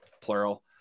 plural